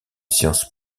sciences